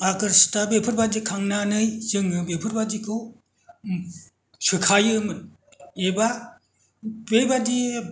आगोरसिता बेफोरबायदि खांनानै जोङो बेफोरबादिखौ सोखायोमोन एबा बेबायदि